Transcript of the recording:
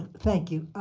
thank you,